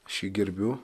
aš jį gerbiu